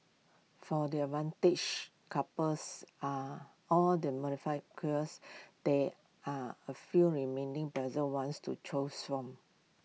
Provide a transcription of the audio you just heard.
for their advantage couples are or the morbidly curious there are A few remaining bizarre ones to choose from